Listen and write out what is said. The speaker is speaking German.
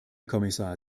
kommissar